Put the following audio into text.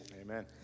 Amen